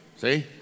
See